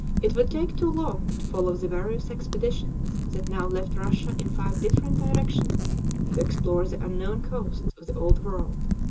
it would take too long to follow the various expeditions that now left russia in five different directions to explore the unknown coasts of the old world.